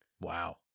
Wow